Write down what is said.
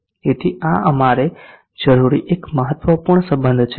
તેથી આ અમારે જરૂરી એક મહત્વપૂર્ણ સંબધ છે